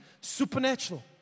supernatural